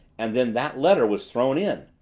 and then that letter was thrown in.